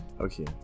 okay